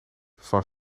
van